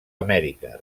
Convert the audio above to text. amèrica